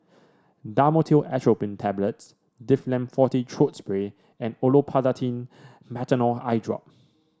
Dhamotil Atropine Tablets Difflam Forte Throat Spray and Olopatadine Patanol Eyedrop